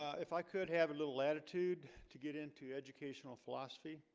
if i could have a little latitude to get into educational philosophy.